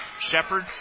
Shepard